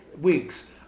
weeks